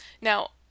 Now